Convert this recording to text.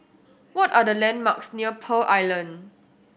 what are the landmarks near Pearl Island